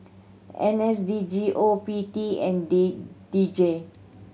N S D G O P T and day D J